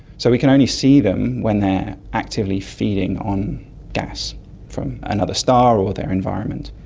so we can only see them when they are actively feeding on gas from another star or their environment.